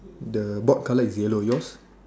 the board color is yellow yours